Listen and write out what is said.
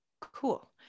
Cool